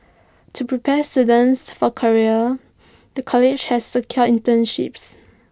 to prepare students for careers the college has secured internships